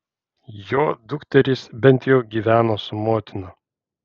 jo dukterys bent jau gyveno su motina